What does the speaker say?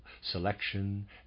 selection